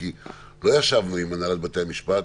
כי לא ישבנו עם הנהלת בתי המשפט,